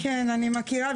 כן, אני מכירה.